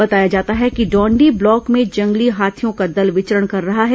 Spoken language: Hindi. बताया जाता है कि डौंडी ब्लॉक में जंगली हाथियों का दल विचरण कर रहा है